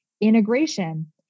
integration